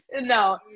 no